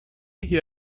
hier